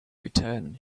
return